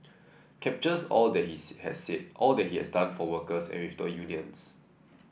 captures all that he had said all that he has done for workers and with the unions